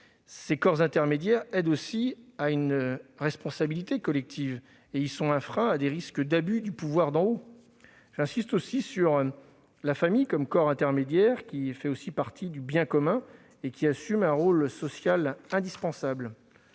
bien commun. Ils aident aussi à une responsabilité collective et sont un frein aux risques d'abus du pouvoir d'en haut. J'insiste sur la famille, corps intermédiaire qui fait aussi partie du bien commun et qui assume un rôle social indispensable.